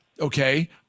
Okay